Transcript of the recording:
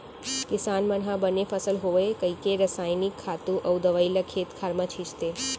किसान मन ह बने फसल होवय कइके रसायनिक खातू अउ दवइ ल खेत खार म छींचथे